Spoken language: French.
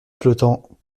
flottant